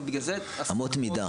ובגלל זה --- אמות מידה.